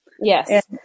Yes